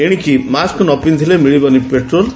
ଏଶିକି ମାସ୍କ ନ ପିନ୍ଧିରେ ମିଳିବନି ପେଟ୍ରୋଲ୍